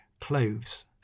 cloves